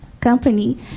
company